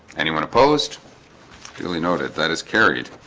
anyone opposed really note it that is carried